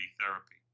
therapy